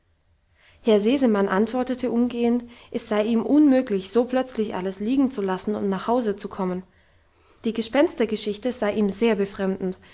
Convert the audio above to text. herr sesemann antwortete umgehend es sei ihm unmöglich so plötzlich alles liegen zu lassen und nach hause zu kommen die gespenstergeschichte sei ihm sehr befremdend